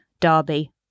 Derby